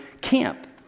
camp